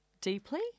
deeply